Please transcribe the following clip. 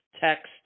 text